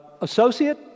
associate